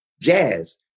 jazz